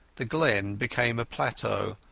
the glen became a plateau,